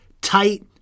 tight